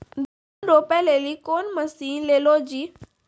धान रोपे लिली कौन मसीन ले लो जी?